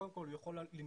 קודם כל הוא יכול לנבוע